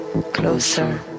Closer